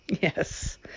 Yes